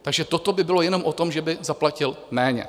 Takže toto by bylo jenom o tom, že by zaplatili méně.